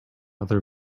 other